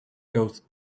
goes